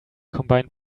combined